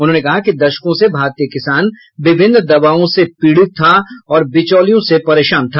उन्होंने कहा कि दशकों से भारतीय किसान विभिन्न दबावों से पीडित था और बिचौलियों से परेशान था